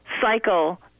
cycle